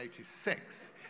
1986